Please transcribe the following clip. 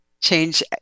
change